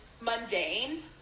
mundane